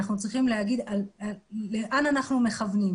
אנחנו צריכים לומר לאן אנחנו מכוונים.